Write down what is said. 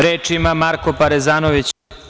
Reč ima Marko Parezanović.